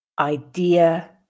idea